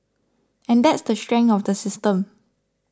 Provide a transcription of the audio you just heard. and that's the strength of the system